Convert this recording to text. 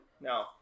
No